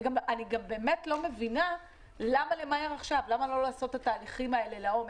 אני גם לא מבינה למה למהר עכשיו למה לא לעשות את התהליכים האלה לעומק?